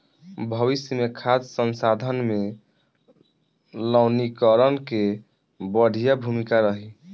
भविष्य मे खाद्य संसाधन में लवणीकरण के बढ़िया भूमिका रही